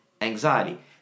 anxiety